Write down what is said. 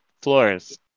floors